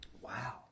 Wow